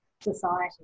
society